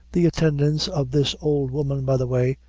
the attendance of this old woman, by the way,